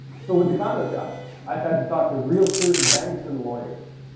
so with the condo shopping, i've had to talk to realtors, banks, and lawyers.